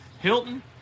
Hilton